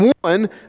One